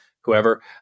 whoever